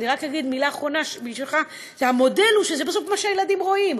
רק אומר מילה אחרונה: בסוף המודל הוא מה שהילדים רואים,